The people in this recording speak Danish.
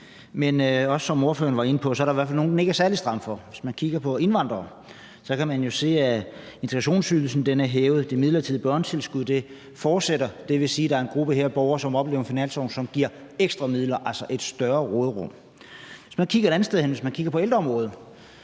Men som ordføreren også var inde på, er der i hvert fald nogle, som den ikke er særlig stram for. Hvis man kigger på indvandrere, kan man se, at integrationsydelsen er hævet, og at det midlertidige børnetilskud fortsætter. Det vil sige, at der her er en gruppe borgere, som oplever en finanslov, som giver ekstra midler, altså et større råderum. Hvis man kigger et andet sted hen, hvis man kigger på ældreområdet,